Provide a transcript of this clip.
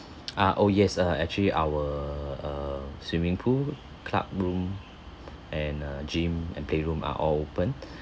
ah oh yes err actually our err swimming pool club room and uh gym and playroom are all open